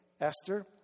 Esther